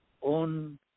on